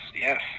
Yes